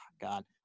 God